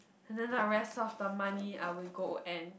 and then the rest of the money I would go and